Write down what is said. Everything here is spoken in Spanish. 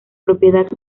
propiedad